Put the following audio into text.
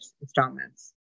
installments